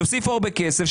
יוסיפו הרבה כסף,